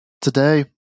Today